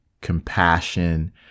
compassion